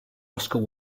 oscar